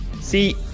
see